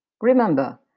remember